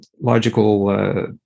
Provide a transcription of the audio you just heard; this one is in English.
logical